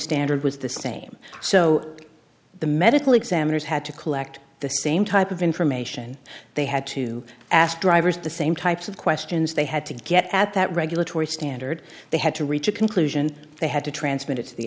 standard was the same so the medical examiners had to collect the same type of information they had to ask drivers the same types of questions they had to get at that regulatory standard they had to reach a conclusion they had to transmit it to the